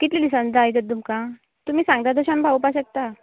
कितलें दिसांनीं जाय तर तुमकां तुमी सांगता तशे आमी पावोवपाक शकता